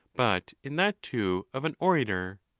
but in that too of an orator.